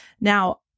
Now